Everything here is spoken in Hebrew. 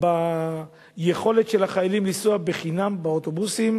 ביכולת של החיילים לנסוע חינם באוטובוסים